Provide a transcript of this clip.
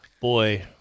boy